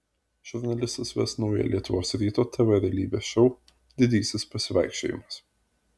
žurnalistas ves naują lietuvos ryto tv realybės šou didysis pasivaikščiojimas